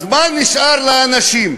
אז מה נשאר לאנשים?